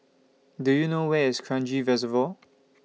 Do YOU know Where IS Kranji Reservoir